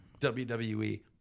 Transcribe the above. WWE